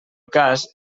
cas